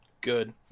good